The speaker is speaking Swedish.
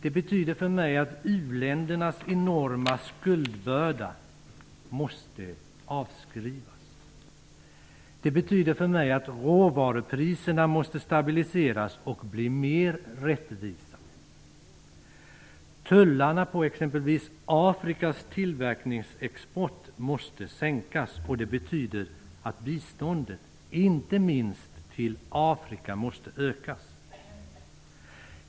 Det betyder för mig att u-ländernas enorma skuldbörda måste avskrivas. Det betyder för mig att råvarupriserna måste stabiliseras och bli mer rättvisa. Tullarna på exempelvis Afrikas tillverkningsexport måste sänkas. Biståndet, inte minst till Afrika, måste ökas.